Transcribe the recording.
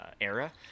era